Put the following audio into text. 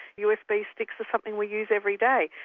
usb sticks are something we use every day.